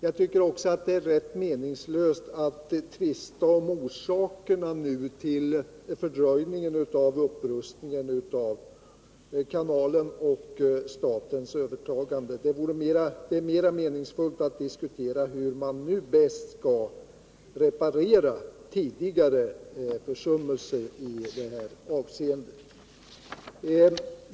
Jag tycker också det är meningslöst att nu tvista om orsakerna till fördröjningen av upprustningen av kanalen och statens övertagande. Det är mera meningsfullt att diskutera hur man nu bäst skall reparera tidigare försummelser.